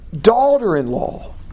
daughter-in-law